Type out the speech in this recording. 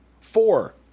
Four